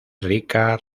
rica